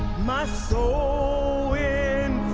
my soul